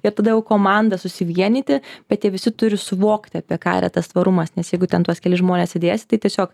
ir tada jau komanda susivienyti bet jie visi turi suvokti apie ką yra tas tvarumas nes jeigu ten tuos kelis žmones įdėsi tai tiesiog